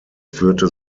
führte